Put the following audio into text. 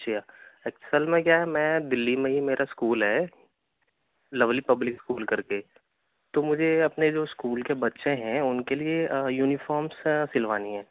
اچھا اصل میں كیا ہے دلّی میں ہی میرا اسكول ہے لولی پبلک اسکول کرکے تو مجھے اپنے جو اسکول کے جو بچے ہیں ان کے لیے یونیفارمس سلوانی ہے